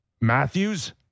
Matthews